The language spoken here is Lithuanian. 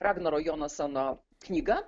ragnaro jonasono knyga